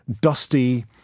dusty